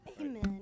Amen